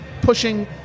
pushing